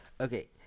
Okay